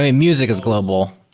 ah music is global.